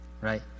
Right